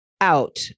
out